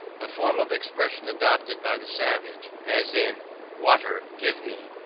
the form of expression adopted by the savage, as in water, give me,